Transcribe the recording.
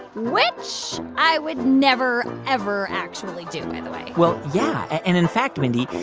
which i would never, ever actually do, by the way well, yeah. and, in fact, mindy,